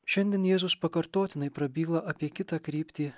šiandien jėzus pakartotinai prabyla apie kitą kryptį